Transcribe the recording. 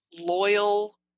loyal